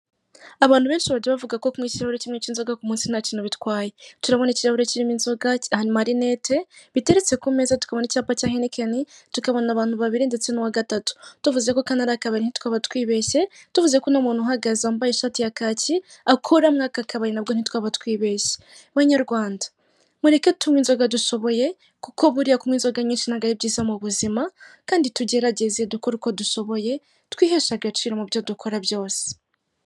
Abantu benshi bajya bavuga ko kunywa ikirahuri kimwe k'inzoga ku munsi ntacyo bitwaye. Aha turahabona ikirirahuri kimwe cy'inzoga giteretse ku meza ndetse n'amarinete biteretse ku meza tunabona icyapa cya heyinikeni, tukabona abantu babiri ndetse n'uwagatatu; tuvuze ko aka Ari akabari ntabwo twaba twibeshye. Tuvuze ko uyu muntu uhagaze wambaye ishati ya kaki ko akora mu kabari ntabwo twaba twibeshye. Banyarwanda mureke tunywe inzoga dushoboye kuko buriya kunywa inzoga nyinshi sibyiza mu buzima kandi tugerageze twiheshe akaciriro mubyo dukora byose.